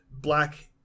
black